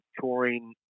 touring